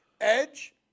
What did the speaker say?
Edge